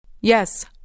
Yes